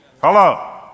Hello